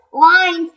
lines